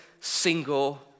single